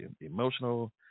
emotional